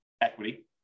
equity